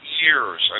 years